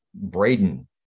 Braden